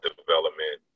development